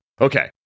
Okay